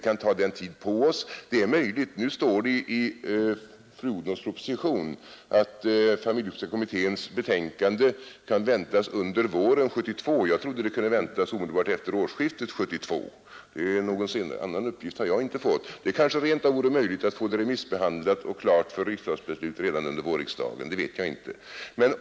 Det står i fru Odhnoffs proposition att familjepolitiska kommitténs betänkande kan väntas under våren 1972. Jag trodde det kunde väntas omedelbart efter årsskiftet 1972, någon annan uppgift har jag inte fått. Det kanske rent av vore möjligt att få det remissbehandlat och klart för riksdagsbeslut redan under vårriksdagen, men det vet jag inte.